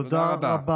תודה רבה.